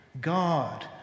God